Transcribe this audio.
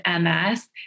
MS